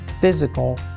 physical